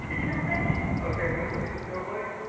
in a second. okay, and let's see the snowflake.